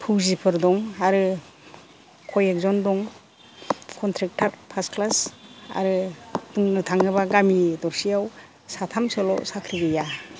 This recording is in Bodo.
फौजिफोर दं आरो कय एकजोन दं कन्थ्रेक्ट'र फार्स्ट क्लास आरो बुंनो थाङोबा गामि दरसेयाव साथामसोल' साख्रि गैया